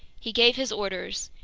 he gave his orders.